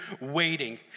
waiting